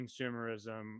consumerism